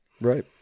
Right